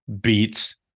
beats